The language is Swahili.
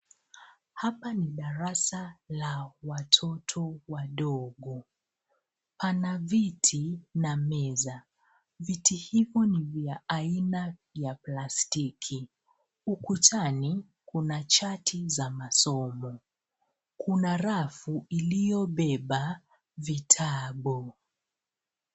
Hapa ni darasa la watoto wadogo, pana viti na meza. Viti hivyo ni vya aina ya plastiki. UKutani kuna chati za masomo. Kuna rafu iliyobeba vitabu.